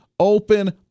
Open